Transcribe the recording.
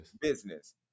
business